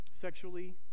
Sexually